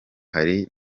hari